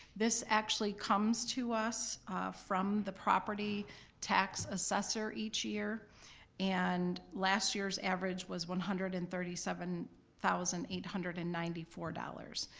this actually comes to us from the property tax assessor each year and last year's average was one hundred and thirty seven thousand eight hundred and ninety four dollars.